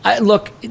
look